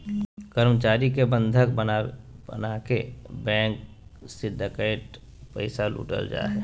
कर्मचारी के बंधक बनाके बैंक से डकैत पैसा लूट ला हइ